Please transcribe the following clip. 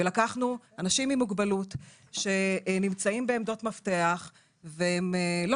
לקחנו אנשים עם מוגבלות שנמצאים בעמדות מפתח והם לא